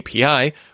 API